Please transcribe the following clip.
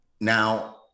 Now